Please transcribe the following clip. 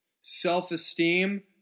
self-esteem